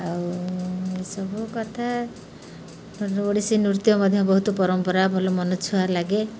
ଆଉ ଏସବୁ କଥା ଓଡ଼ିଶୀ ନୃତ୍ୟ ମଧ୍ୟ ବହୁତ ପରମ୍ପରା ଭଲ ମନ ଛୁଆଁ ଲାଗେ